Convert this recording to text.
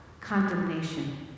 condemnation